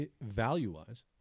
Value-wise